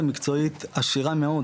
אני לא חושב, אחד,